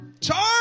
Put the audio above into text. Charge